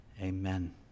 amen